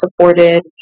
supported